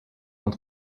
dans